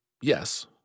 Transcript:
Yes